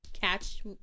catch